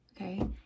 okay